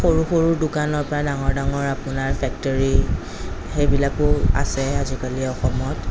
সৰু সৰু দোকানৰপৰা ডাঙৰ ডাঙৰ আপোনাৰ ফেক্টৰী সেইবিলাকো আছে আজিকালি অসমত